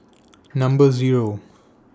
Number Zero